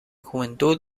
juventud